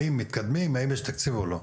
האם מתקדמים והאם יש תקציב או לא.